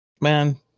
man